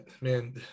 man